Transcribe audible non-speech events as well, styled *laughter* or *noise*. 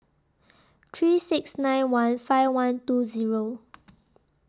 three six nine one five one two Zero *noise*